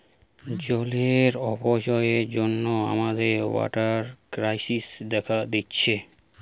জলের অপচয়ের জন্যে আমাদের ওয়াটার ক্রাইসিস দেখা দিচ্ছে